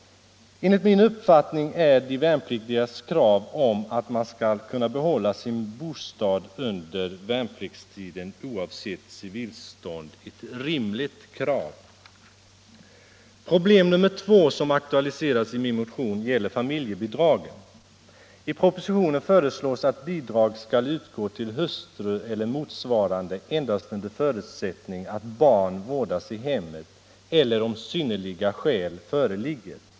Enligt : min uppfattning är emellertid de värnpliktigas krav att man skall kunna behålla sin bostad under värnpliktstiden oavsett civilstånd ett rimligt Ett annat problem som aktualiserats i min motion gäller familjebidragen. I propositionen föreslås att bidrag skall utgå till hustru eller motsvarande endast under förutsättning att barn vårdas i hemmet eller om synnerliga skäl föreligger.